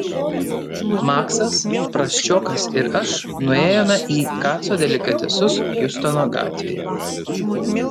maksas prasčiokas ir aš nuėjome į kaco delikatesus hjustono gatvėje